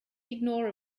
ignore